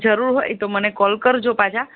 જરૂર હોય તો મને કોલ કરજો પાછા